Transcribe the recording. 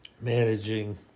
Managing